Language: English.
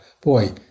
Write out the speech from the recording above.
boy